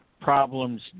problems